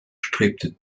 strebte